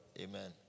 Amen